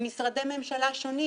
עם משרדי ממשלה שונים,